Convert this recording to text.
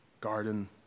Garden